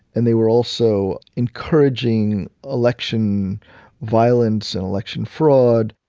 and they were also encouraging election violence and election fraud.